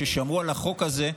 ששמעו על החוק הזה,